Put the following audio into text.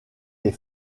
les